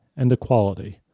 and equality.